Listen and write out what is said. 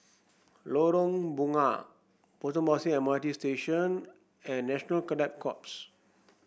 Lorong Bunga Potong Pasir M R T Station and National Cadet Corps